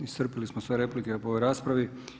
Iscrpili smo sve replike po ovoj raspravi.